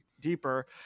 deeper